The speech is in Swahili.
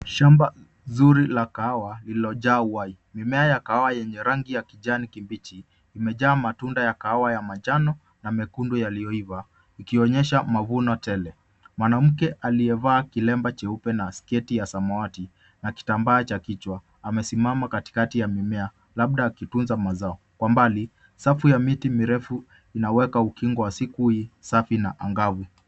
Shamba zuri la kahawa lililojaa uhai, mimea ya kahawa yenye rangi ya kijani kibichi imejaa matunda ya kahawa ya manjano na mekundu yaliyoiva ikionyesha mavuno tele. Mwanamke aliyevaa kilemba cheupe na sketi ya samawati na kitambaa cha kichwa amesimama katikati ya mimea labda akitunza mazao. Kwa mbali, safu ya miti mirefu inaweka ukingo wa siku safi na angavu.